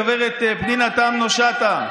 גב' פנינה תמנו שטה,